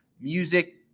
music